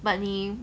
but 你